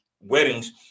weddings